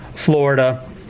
Florida